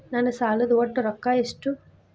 ನನ್ನ ಸಾಲದ ಒಟ್ಟ ರೊಕ್ಕ ಎಷ್ಟು?